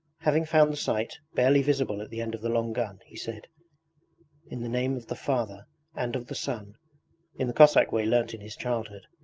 having found the sight, barely visible at the end of the long gun, he said in the name of the father and of the son in the cossack way learnt in his childhood,